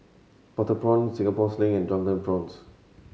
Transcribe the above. butter prawn Singapore Sling and Drunken Prawns